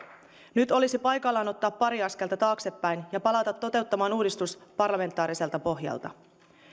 nyt olisi paikallaan ottaa pari askelta taaksepäin ja palata toteuttamaan uudistus parlamentaariselta pohjalta